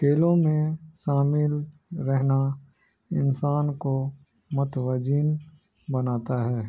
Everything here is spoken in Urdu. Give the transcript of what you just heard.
کھیلوں میں شامل رہنا انسان کو مت وجن بناتا ہے